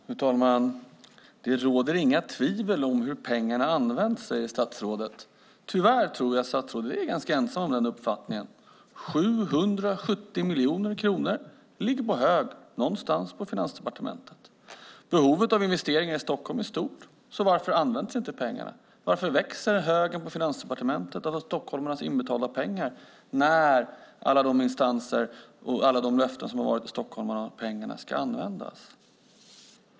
Fru talman! Det råder inga tvivel om hur pengarna används, säger statsrådet. Tyvärr tror jag att statsrådet är ganska ensam om den uppfattningen. 770 miljoner kronor ligger på hög någonstans på Finansdepartementet. Behovet av investeringar i Stockholm är stort. Varför används då inte pengarna? Varför växer högen med stockholmarnas inbetalade pengar på Finansdepartementet när alla instanser har gett löften till stockholmarna om att pengarna ska användas?